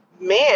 man